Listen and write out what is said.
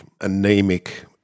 anemic